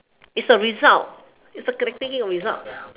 is the result is a we take it as result